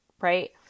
right